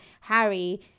Harry